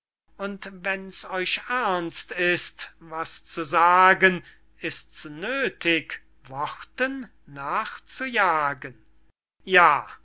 und wenn's euch ernst ist was zu sagen ist's nöthig worten nachzujagen ja